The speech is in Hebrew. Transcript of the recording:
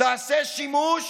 תעשה שימוש